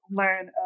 learn